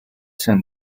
圣殿